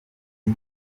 iri